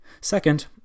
Second